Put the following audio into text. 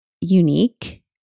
unique